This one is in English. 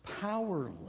powerless